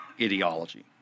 ideology